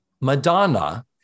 Madonna